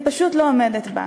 והיא פשוט לא עומדת בה?